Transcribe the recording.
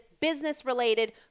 business-related